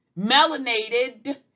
melanated